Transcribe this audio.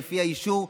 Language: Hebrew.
לפי האישור,